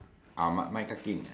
ah mic mic testing